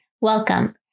welcome